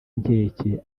inkeke